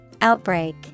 Outbreak